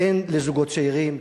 הן לזוגות צעירים,